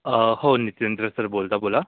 हो नितेंद्र सर बोलतो बोला